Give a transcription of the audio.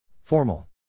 Formal